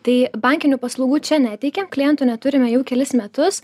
tai bankinių paslaugų čia neteikiam klientų neturime jau kelis metus